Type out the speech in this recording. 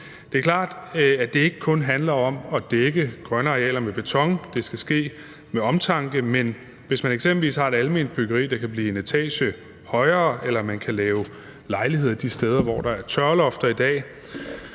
Det er klart, at det ikke kun handler om at dække grønne arealer med beton – det skal ske med omtanke – men hvis man eksempelvis har et alment byggeri, der kan blive en etage højere, eller man kan lave lejligheder de steder, hvor der er tørrelofter i dag,